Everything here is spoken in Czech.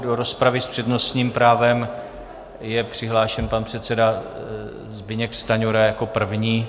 Do rozpravy s přednostním právem je přihlášen pan předseda Zbyněk Stanjura jako první.